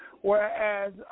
whereas